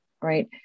right